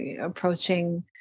approaching